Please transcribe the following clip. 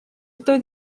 doedd